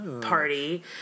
Party